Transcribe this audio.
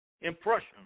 impression